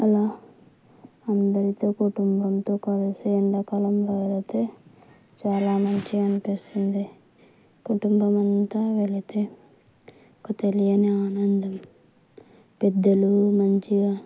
అలా అందరితో కుటుంబంతో కలిసి ఎండాకాలంలో వెళితే చాలా మంచిగా అనిపిస్తుంది కుటుంబం అంతా వెళితే ఒక తెలియని ఆనందం పెద్దలు మంచిగా